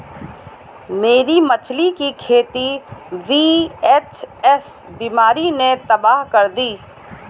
मेरी मछली की खेती वी.एच.एस बीमारी ने तबाह कर दी